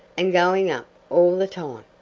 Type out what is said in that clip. and going up all the time.